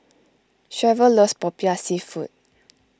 Cherryl loves Popiah Seafood